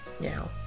now